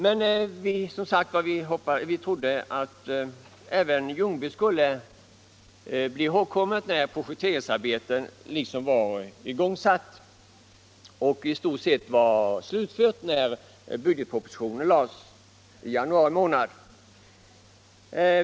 Men vi trodde, som sagt, att även Ljungby skulle bli ihågkommet med tanke på att projekteringsarbetet var igångsatt och i stort sett hade slutförts när budgetpropositionen framlades i januari månad.